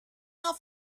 off